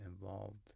involved